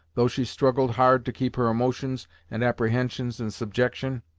though she struggled hard to keep her emotions and apprehensions in subjection.